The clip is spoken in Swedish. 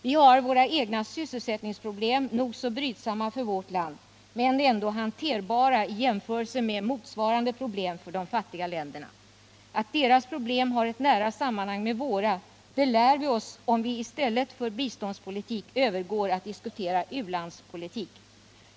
Vi har våra egna sysselsättningsproblem, nog så brydsamma för vårt land men ändå hanterbara i jämförelse med motsvarande problem för de fattiga länderna. Att deras problem har ett nära sammanhang med våra lär vi oss om vi i stället för biståndspolitik övergår till att diskutera u-landspolitik.